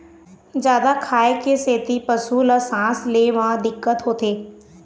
जादा खाए के सेती पशु ल सांस ले म दिक्कत होथे